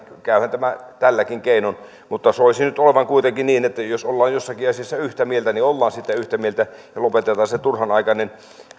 käyhän tämä tälläkin keinoin mutta soisin nyt olevan kuitenkin niin että jos ollaan jostakin asiasta yhtä mieltä niin ollaan sitten yhtä mieltä ja lopetetaan se turhanaikainen